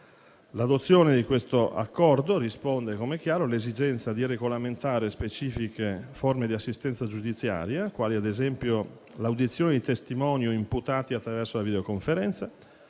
L'adozione di questo accordo risponde, com'è chiaro, all'esigenza di regolamentare specifiche forme di assistenza giudiziaria, quali ad esempio l'audizione di testimoni o imputati attraverso la videoconferenza,